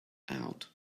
out